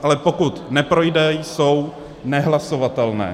Ale pokud neprojde, jsou nehlasovatelné.